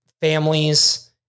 families